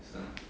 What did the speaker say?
mm